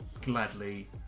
gladly